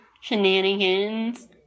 shenanigans